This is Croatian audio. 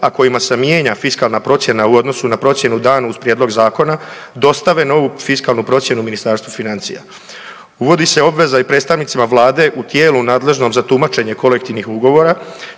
a kojima se mijenja fiskalna procjena u odnosu na procjenu danu uz prijedlog zakona, dostave novu fiskalnu procjenu Ministarstvu financija. Uvodi se obveza i predstavnicima Vlade u tijelu nadležnom za tumačenje kolektivnih ugovora,